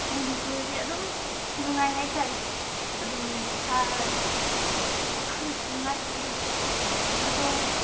ꯃꯅꯤꯄꯨꯔꯁꯦ ꯑꯗꯨꯝ ꯅꯨꯡꯉꯥꯏ ꯍꯥꯏꯇꯔꯦ ꯑꯗꯨꯝ ꯏꯁꯥ ꯈꯪꯗꯦ ꯅꯨꯡꯉꯥꯏ ꯑꯗꯨꯝ ꯑꯗꯣ